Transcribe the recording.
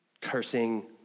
cursing